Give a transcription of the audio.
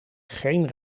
geen